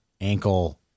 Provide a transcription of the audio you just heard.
ankle